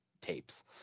tapes